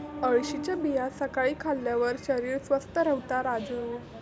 अळशीच्या बिया सकाळी खाल्ल्यार शरीर स्वस्थ रव्हता राजू